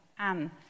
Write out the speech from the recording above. Anne